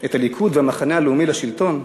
את הליכוד והמחנה הלאומי לשלטון,